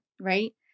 right